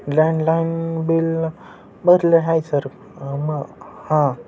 landline bill भरले आहे sir मग हां